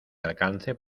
alcance